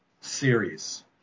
series